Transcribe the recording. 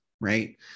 Right